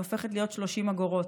היא הופכת להיות 30 אגורות.